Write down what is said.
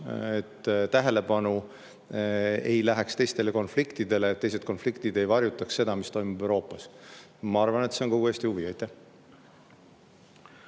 et tähelepanu ei läheks teistele konfliktidele, et teised konfliktid ei varjutaks seda, mis toimub Euroopas. Ma arvan, et see on kogu Eesti huvi. Aitäh!